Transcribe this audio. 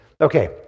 okay